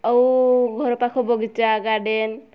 ଆଉ ଘର ପାଖ ବଗିଚା ଗାର୍ଡ଼ନ୍